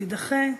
תידחה.